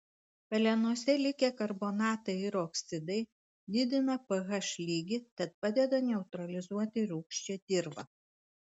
pelenuose likę karbonatai ir oksidai didina ph lygį tad padeda neutralizuoti rūgščią dirvą